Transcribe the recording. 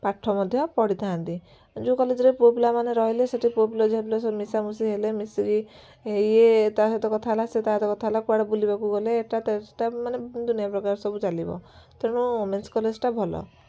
ପାଠ ମଧ୍ୟ ପଢ଼ିଥାନ୍ତି ଯେଉଁ କଲେଜରେ ପୁଅ ପିଲାମାନେ ରହିଲେ ସେଇଠି ପୁଅ ପିଲା ଝିଅ ପିଲା ସବୁ ମିଶାମିଶି ହେଲେ ମିଶିକି ଏଇ ଇଏ ତାସହିତ କଥା ହେଲା ସିଏ ତାସହିତ କଥା ହେଲା କୁଆଡ଼େ ବୁଲିବାକୁ ଗଲେ ଏଇଟା ସେଇଟା ମାନେ ଦୁନିଆ ପ୍ରକାର ସବୁ ଚାଲିବ ତେଣୁ ଓମେନ୍ସ କଲେଜଟା ଭଲ